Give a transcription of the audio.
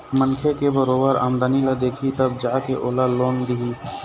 मनखे के बरोबर आमदनी ल देखही तब जा के ओला लोन दिही